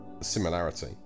similarity